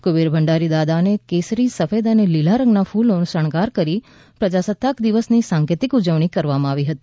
કુબેર ભંડારી દાદા ને કેસરી સફેદ અને લીલા રંગ ના ફૂલ નો શણગાર કરી પ્રજાસત્તાક દિવસ ની સાંકેતિક ઉજવણી કરવામાં આવી હતી